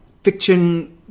fiction